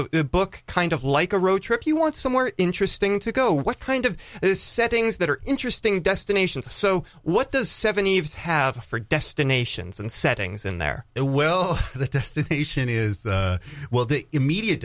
a book kind of like a road trip you want somewhere interesting to go what kind of settings that are interesting destinations so what does seven eves have for destinations and settings in there that well the destination is well the immediate